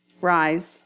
rise